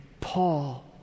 Paul